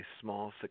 small